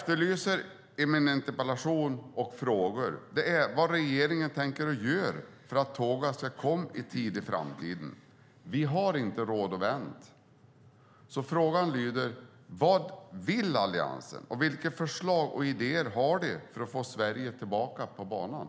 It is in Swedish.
I min interpellation och i mina frågor efterlyser jag vad regeringen tänker göra för att tågen ska komma i tid i framtiden. Vi har inte råd att vänta. Frågorna lyder: Vad vill Alliansen? Vilka förslag och idéer har ni för att få Sverige tillbaka på banan?